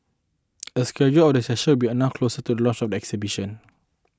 a schedule of the sessions will be announced closer to the launch of the exhibition